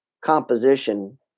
composition